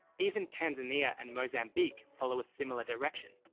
even tanzania and mozambique follow a similar direction.